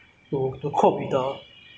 physically it also hurts us like